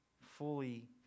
fully